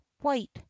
white